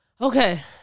Okay